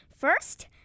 First